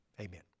Amen